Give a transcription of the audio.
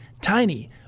Tiny